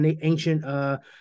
ancient